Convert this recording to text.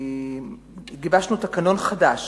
גיבשנו תקנון חדש